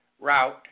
route